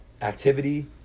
Activity